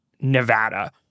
Nevada